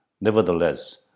nevertheless